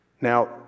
Now